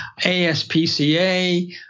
ASPCA